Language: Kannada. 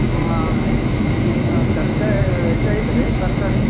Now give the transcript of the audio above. ಹಾಂ ಈ ಈ ನಿಮ್ಮ ತರ್ಕಾ ಇದೈತಿ ರೀ ತರಕಾರಿ